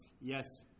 Yes